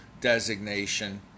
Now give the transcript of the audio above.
designation